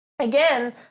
again